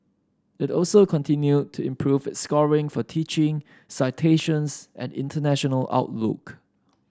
it also continued to improve its scores for teaching citations and international outlook